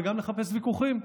וגם לחפש ויכוחים.